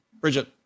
Bridget